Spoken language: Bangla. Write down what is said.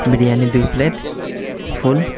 বিরিয়ানি দুই প্লেট ফুল